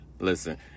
Listen